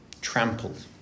Trampled